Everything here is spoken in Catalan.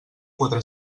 quatre